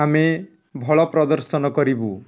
ଆମେ ଭଲ ପ୍ରଦର୍ଶନ କରିବୁ